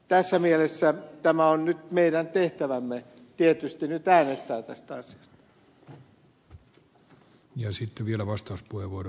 tässä mielessä on nyt meidän tehtävämme tietysti äänestää tästä asiasta